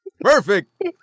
Perfect